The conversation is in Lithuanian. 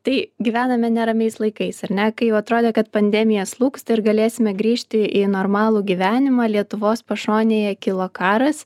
tai gyvename neramiais laikais ar ne kai jau atrodė kad pandemija slūgsta ir galėsime grįžti į normalų gyvenimą lietuvos pašonėje kilo karas